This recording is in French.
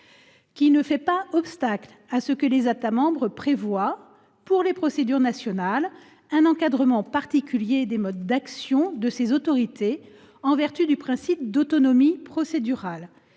ci ne fait pas obstacle à ce que les États membres prévoient, pour les procédures nationales, un encadrement particulier des modes d’action de ces autorités, en vertu du principe d’autonomie procédurale.